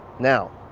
now